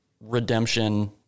redemption